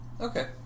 Okay